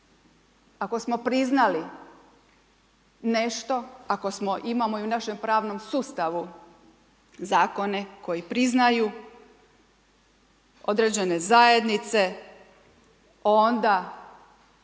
ako smo priznali nešto, ako smo imamo i u našem pravnom sustavu zakone koji priznaju određene zajednice onda